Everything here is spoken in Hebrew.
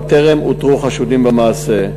אולם טרם אותרו חשודים במעשה.